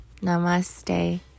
Namaste